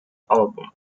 album